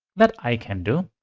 that i can do.